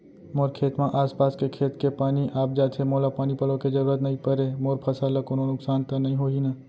मोर खेत म आसपास के खेत के पानी आप जाथे, मोला पानी पलोय के जरूरत नई परे, मोर फसल ल कोनो नुकसान त नई होही न?